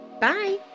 bye